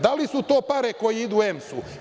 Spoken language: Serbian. Da li su to pare koje idu EMS-u?